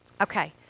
Okay